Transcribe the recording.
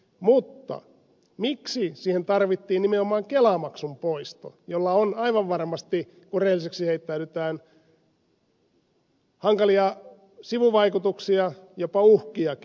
mutta miksi siihen tarvittiin nimenomaan kelamaksun poisto jolla on aivan varmasti kun rehelliseksi heittäydytään hankalia sivuvaikutuksia jopa uhkiakin